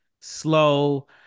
slow